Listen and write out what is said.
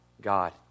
God